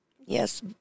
Yes